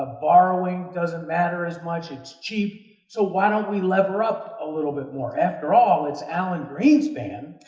borrowing doesn't matter as much, it's cheap. so, why don't we lever up a little bit more? after all, it's alan greenspan,